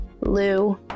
Lou